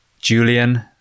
Julian